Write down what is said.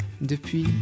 depuis